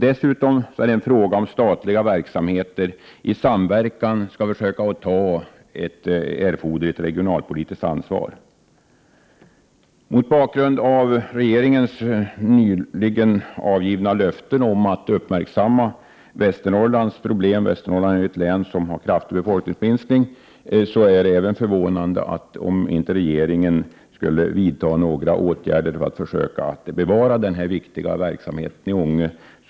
Dessutom handlar denna fråga om huruvida statliga verksamheter i samverkan skall ta ett erforderligt regionalpolitiskt ansvar. Mot bakgrund av regeringens nyligen avgivna löften om att uppmärksam ma Västernorrlands problem — Västernorrland är ju ett län som har en kraftig befolkningsminskning — är det förvånande om regeringen inte vidtar några åtgärder för att försöka bevara denna viktiga verksamhet i Ånge.